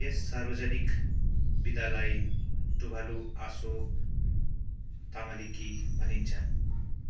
यस सार्वजनिक बिदालाई टुभालु आसो तामालिकी भनिन्छ